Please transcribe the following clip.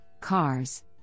cars